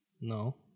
No